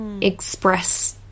express